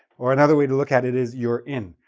or, another way to look at it is your in.